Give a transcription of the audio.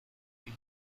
you